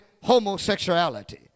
homosexuality